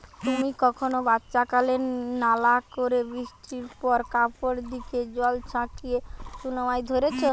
তুমি কখনো বাচ্চাকালে নালা রে বৃষ্টির পর কাপড় দিকি জল ছাচিকি চুনা মাছ ধরিচ?